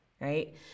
right